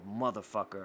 motherfucker